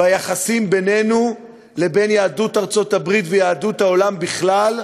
ביחסים בינינו לבין יהדות ארצות-הברית ויהדות העולם בכלל.